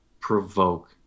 provoke